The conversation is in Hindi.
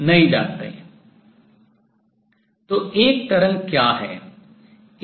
तो एक तरंग क्या है